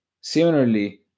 Similarly